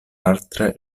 altre